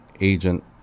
agent